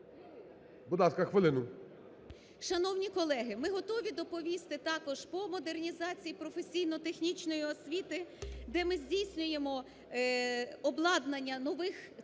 Будь ласка, хвилину. ГРИНЕВИЧ Л.М. Шановні колеги, ми готові доповісти також по модернізації професійно-технічної освіти, де ми здійснюємо обладнання нових центрів